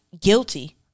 guilty